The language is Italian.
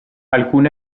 alcun